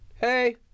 Hey